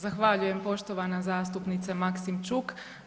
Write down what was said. Zahvaljujem poštovana zastupnice Maksimčuk.